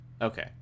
Okay